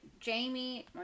Jamie